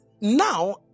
now